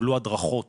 קיבלו הדרכות